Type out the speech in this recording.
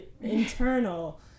internal